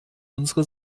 unsere